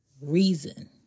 reason